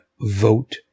vote